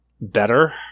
better